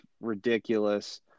ridiculous